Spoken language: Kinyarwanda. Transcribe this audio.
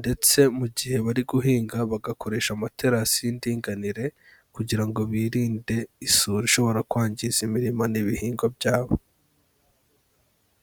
ndetse mu gihe bari guhinga bagakoresha amaterasi y'indinganire, kugira ngo birinde isuri ishobora kwangiza imirima n'ibihingwa byabo.